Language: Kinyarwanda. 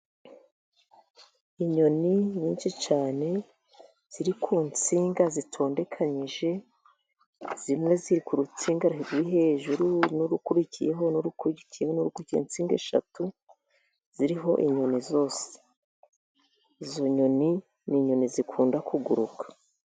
Inyoni nyinshi cyane ziri ku ntsinga zitondekanyije, zimwe ziri ku rurutsinga ruri hejuru, n'urukurikiyeho, n'urukurikiyeho, n'urukurikiyeho, intsinga eshatu ziriho inyoni zose. Izo nyoni ni inyoni zikunda kuguruk a.